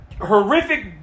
horrific